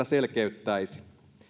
selkeyttäisi sitä